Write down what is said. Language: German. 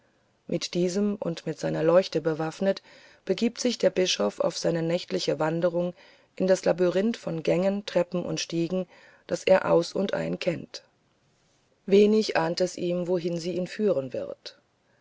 mit diesem und mit seiner leuchte bewaffnet begibt sich der bischof auf seine nächtliche wanderung in das labyrinth von gängen treppen und stiegen das er aus und ein kennt wenig ahnt es ihm wohin sie ihn führen wird